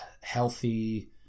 healthy